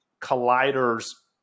Collider's